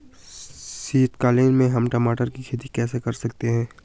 शीतकालीन में हम टमाटर की खेती कैसे कर सकते हैं?